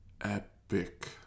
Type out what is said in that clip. epic